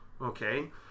Okay